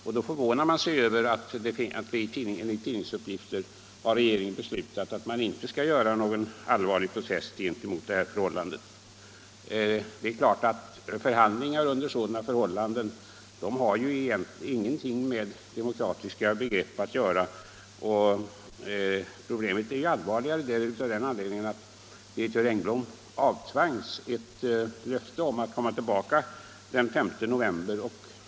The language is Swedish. Jag förvånade mig över att regeringen, enligt tidningsuppgifter, beslutat att inte göra någon allvarlig protest mot detta förhållande. Det är klart att förhandlingar under sådana förhållanden inte har någonting med demokratiska begrepp att göra. Och problemet blir allvarligare genom att direktör Engblom avtvangs ett löfte att komma tillbaka den 5 november.